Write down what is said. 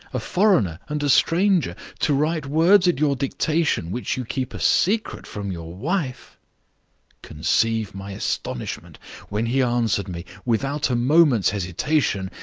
a foreigner and a stranger, to write words at your dictation which you keep a secret from your wife conceive my astonishment when he answered me, without a moment's hesitation,